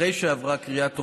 אחרי שעברה קריאה טרומית,